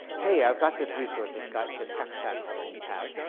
hey i've got this resource. it's got this hex tag called an etag.